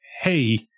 hey